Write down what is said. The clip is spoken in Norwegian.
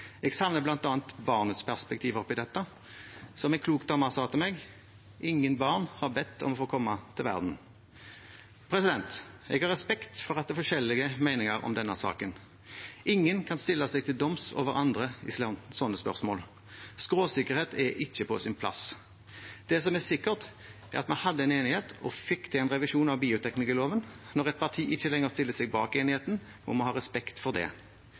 Jeg savner bl.a. barnets perspektiv oppi dette. Som en klok dame sa til meg: Ingen barn har bedt om å få komme til verden. Jeg har respekt for at det er forskjellige meninger om denne saken. Ingen kan stille seg til doms over andre i sånne spørsmål. Skråsikkerhet er ikke på sin plass. Det som er sikkert, er at vi hadde en enighet og fikk til en revisjon av bioteknologiloven. Når et parti ikke lenger stiller seg bak enigheten, må vi ha respekt for det. Høyre holder seg til inngåtte avtaler og mener det